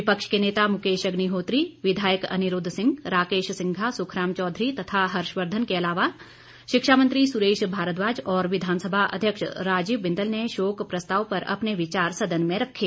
विपक्ष के नेता मुकेश अग्निहोत्री विधायक अनिरुद्व सिंह राकेश सिंघा सुखराम चौधरी तथा हर्षवर्द्वन के अलावा शिक्षा मंत्री सुरेश भारद्वाज और विधानसभा अध्यक्ष राजीव बिंदल ने शोक प्रस्ताव पर अपने विचार सदन में रखे